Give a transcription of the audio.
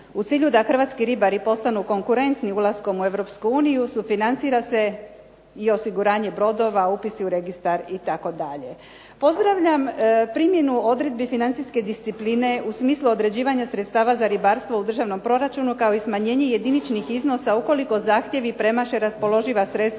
u cilju da hrvatski ribari postanu konkurentni ulaskom u Europsku uniju sufinancira se i osiguranje brodova, upisi u registar itd. Pozdravljam primjenu odredbi financijske discipline u smislu određivanja sredstava za ribarstvo u državnom proračunu kao i smanjenje jediničnih iznosa ukoliko zahtjevi premaše raspoloživa sredstva